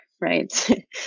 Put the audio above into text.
right